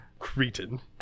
Cretan